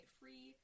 free